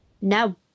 No